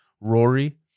Rory